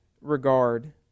regard